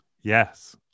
Yes